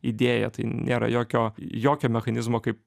idėja tai nėra jokio jokio mechanizmo kaip